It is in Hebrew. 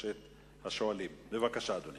שיקום